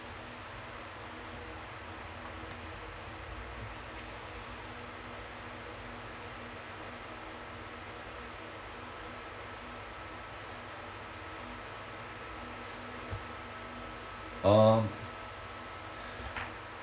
ah